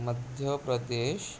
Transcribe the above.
Madhya Pradesh